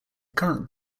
current